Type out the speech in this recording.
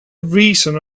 reason